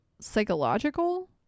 psychological